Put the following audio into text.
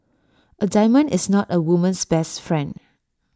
A diamond is not A woman's best friend